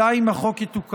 אלא אם כן החוק יתוקן.